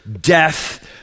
death